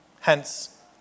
Hence